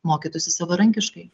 mokytųsi savarankiškai